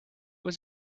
was